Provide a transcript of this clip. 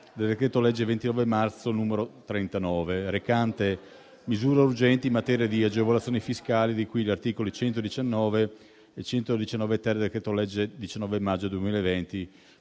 del decreto-legge 29 marzo 2024, n. 39, recante misure urgenti in materia di agevolazioni fiscali di cui agli articoli 119 e 119-*ter* del decreto-legge 19 maggio 2020,